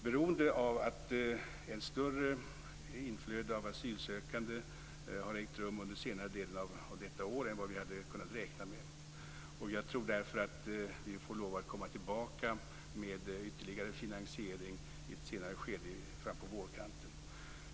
Det beror på att ett större inflöde av asylsökande har ägt rum under senare delen av detta år än vad vi hade kunnat räkna med. Jag tror därför att vi får lov att komma tillbaka med ytterligare finansiering i ett senare skede fram på vårkanten.